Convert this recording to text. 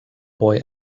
boy